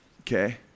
okay